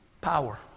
Power